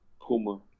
Puma